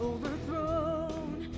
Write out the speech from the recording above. Overthrown